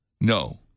No